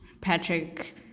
Patrick